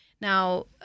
Now